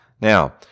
Now